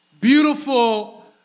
beautiful